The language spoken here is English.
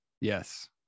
yes